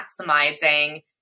maximizing